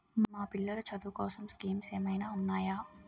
మా పిల్లలు చదువు కోసం స్కీమ్స్ ఏమైనా ఉన్నాయా?